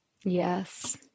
Yes